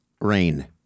Rain